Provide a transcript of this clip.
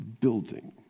building